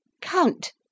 Count